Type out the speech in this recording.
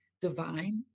divine